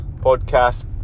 podcast